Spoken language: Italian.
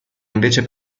invece